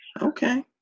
Okay